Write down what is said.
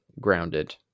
grounded